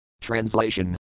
Translation